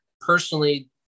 personally